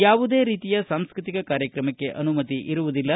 ಯಾವುದೇ ರೀತಿಯ ಸಾಂಸ್ವೃತಿಕ ಕಾರ್ಯಕ್ರಮಕ್ಕೆ ಅನುಮತಿ ಇರುವುದಿಲ್ಲ